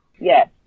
Yes